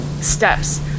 steps